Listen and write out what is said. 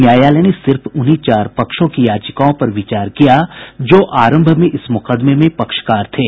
न्यायालय ने सिर्फ उन्हीं चार पक्षों की याचिकाओं पर विचार किया जो आरंभ में इस मुकदमे में पक्षकार थे